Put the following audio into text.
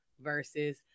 versus